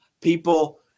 people